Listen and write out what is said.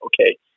okay